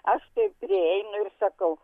aš taip prieinu ir sakau